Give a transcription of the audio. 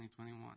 2021